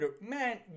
Man